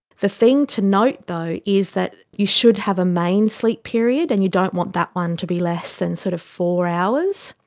the thing to note though is that you should have a main sleep period, and you don't want that one to be less than sort of four hours,